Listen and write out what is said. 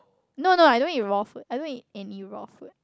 no no I don't eat with raw food I don't eat any raw food